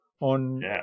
on